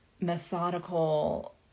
methodical